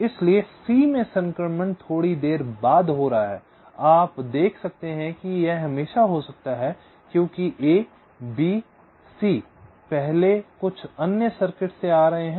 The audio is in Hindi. इसलिए सी में संक्रमण थोड़ी देर बाद हो रहा है आप देख सकते हैं कि यह हमेशा हो सकता है क्योंकि ए बी सी पहले कुछ अन्य सर्किट से आ रहे हैं